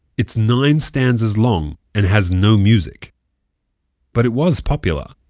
it's nine stanzas long and has no music but it was popular.